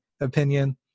opinion